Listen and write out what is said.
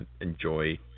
enjoy